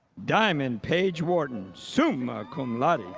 dymond paige wharton, suma cum laude,